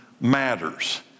matters